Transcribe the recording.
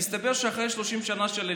מסתבר שאחרי 30 שנה של עלייה,